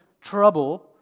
trouble